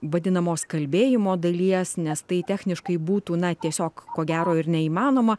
vadinamos kalbėjimo dalies nes tai techniškai būtų na tiesiog ko gero ir neįmanoma